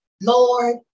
Lord